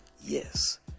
yes